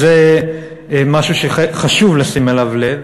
זה משהו שחשוב לשים אליו לב.